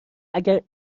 اگر